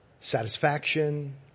satisfaction